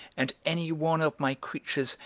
and any one of my creatures,